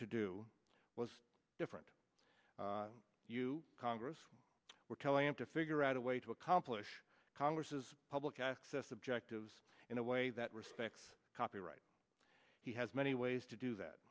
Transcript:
to do was different you congress were telling him to figure out a way to accomplish congress's public access objectives in a way that respects copyright he has many ways to do that